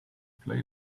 play